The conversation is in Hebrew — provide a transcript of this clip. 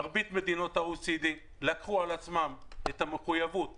מרבית מדינות ה-OECD לקחו על עצמן את המחויבות